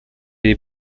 les